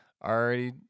already